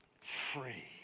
free